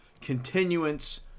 continuance